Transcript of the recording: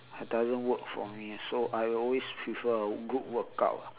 it doesn't work for me ah so I would always prefer a group workout